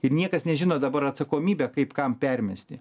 ir niekas nežino dabar atsakomybę kaip kam permesti